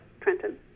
Trenton